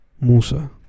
musa